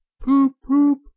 poop-poop